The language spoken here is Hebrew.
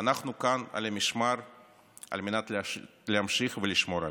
ואנחנו כאן על המשמר על מנת להמשיך ולשמור עליה.